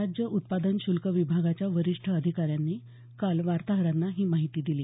राज्य उत्पादन शुल्क विभागाच्या वरीष्ठ अधिकाऱ्यांनं काल वार्ताहरांना ही माहिती दिली